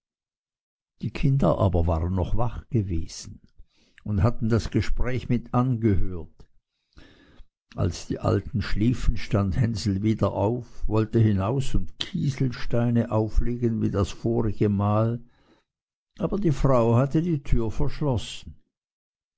die kinder waren aber noch wach gewesen und hatten das gespräch mit angehört als die alten schliefen stand hänsel wieder auf wollte hinaus und kieselsteine auflesen wie das vorigemal aber die frau hatte die tür verschlossen